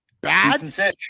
bad